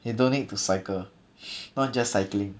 you don't need to cycle not just cycling